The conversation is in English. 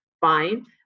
fine